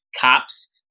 Cops